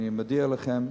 אני מודיע לכם,